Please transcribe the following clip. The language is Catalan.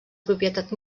propietat